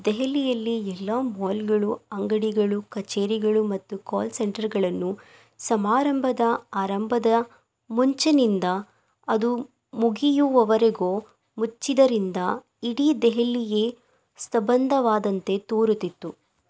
ದೆಹಲಿಯಲ್ಲಿ ಎಲ್ಲ ಮಾಲ್ಗಳು ಅಂಗಡಿಗಳು ಕಚೇರಿಗಳು ಮತ್ತು ಕಾಲ್ ಸೆಂಟರ್ಗಳನ್ನು ಸಮಾರಂಭದ ಆರಂಭದ ಮುಂಚಿನಿಂದ ಅದು ಮುಗಿಯುವವರೆಗೂ ಮುಚ್ಚಿದ್ದರಿಂದ ಇಡೀ ದೆಹಲಿಯೇ ಸ್ತಬಂದವಾದಂತೆ ತೋರುತ್ತಿತ್ತು